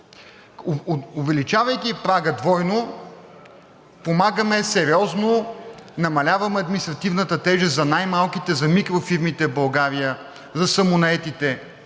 Увеличавайки прага двойно, помагаме сериозно – намаляваме административната тежест за най-малките, за микрофирмите в България, за самонаетите,